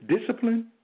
discipline